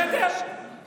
למה שהוא יהיה אשם?